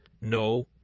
No